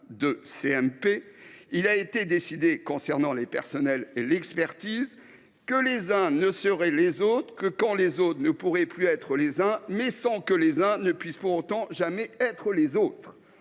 il a été décidé concernant les personnels chargés de l’une et de l’autre, que les uns ne seraient les autres que quand les autres ne pourraient plus être les uns, sans que les uns puissent pourtant jamais être les autres